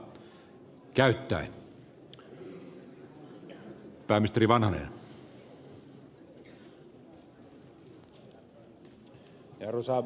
arvoisa puhemies